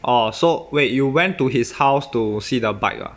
orh so wait you went to his house to see the bike lah